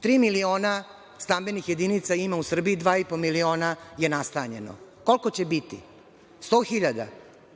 Tri miliona stambenih jedinica ima u Srbiji 2,5 miliona je nastanjeno. Koliko će biti? Sto